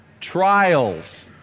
trials